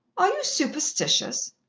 are you superstitious?